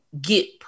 get